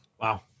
Wow